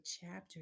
chapter